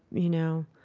you know,